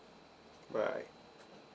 bye